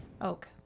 Oak